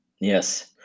Yes